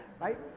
right